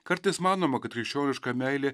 kartais manoma kad krikščioniška meilė